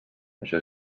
això